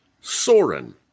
Soren